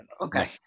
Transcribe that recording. Okay